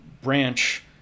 branch